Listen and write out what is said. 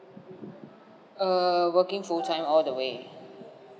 err working full time all the way